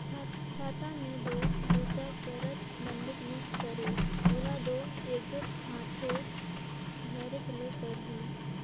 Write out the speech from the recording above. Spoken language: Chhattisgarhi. छाता मे दो बूता करत बनबे नी करे ओला दो एगोट हाथे धरेच ले परही